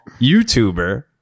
YouTuber